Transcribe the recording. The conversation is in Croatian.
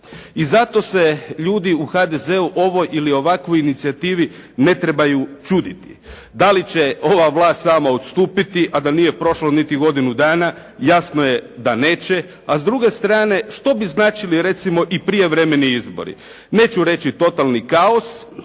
I zato se ljudi u HDZ-u ovoj ili ovakvom inicijativi ne trebaju čuditi. Da li će ova vlast sama odstupiti, a da nije prošlo niti godinu dana, jasno je da neće, a s druge strane, što bi značili recimo i prijevremeni izbori? Neću reći totalni kaos,